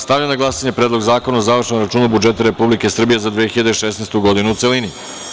Stavljam na glasanje Predlog zakona o završnom računu budžeta Republike Srbije za 2016. godinu, u celini.